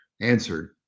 answered